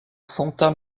santa